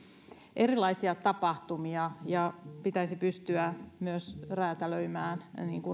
erilaisia tapahtumia ja pitäisi pystyä myös räätälöimään